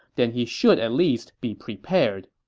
then he should at least be prepared.